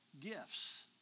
gifts